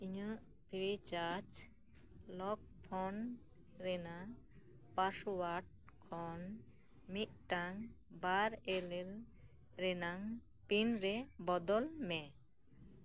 ᱤᱧᱟᱹᱜ Freecharge lock phone ᱨᱮᱱᱟᱜ password ᱠᱷᱚᱱ ᱢᱤᱫ ᱴᱟᱝ ᱵᱟᱨ ᱮᱞᱮᱞ ᱨᱮᱱᱟᱝ ᱯᱤᱱ ᱨᱮ ᱵᱚᱫᱚᱞ ᱢᱮ